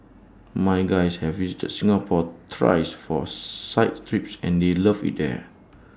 my guys have visited Singapore thrice for site trips and they loved IT here